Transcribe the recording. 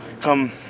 come